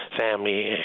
family